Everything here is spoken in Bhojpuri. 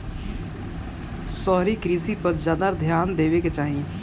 शहरी कृषि पर ज्यादा ध्यान देवे के चाही